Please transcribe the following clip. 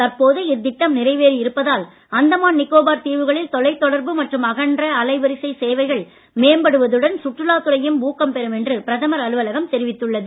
தற்போது இத்திட்டம் நிறைவேறி இருப்பதால் அந்தமான் நிக்கோபார் தீவுகளில் தொலைதொடர்பு மற்றும் அகன்ற அலைவரிசை சேவைகள் மேம்படுவதுடன் சுற்றுலாத் துறையும் ஊக்கம் பெறும் என்று பிரதமர் அலுவலகம் தெரிவித்துள்ளது